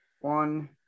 one